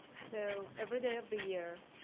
so every day of the year,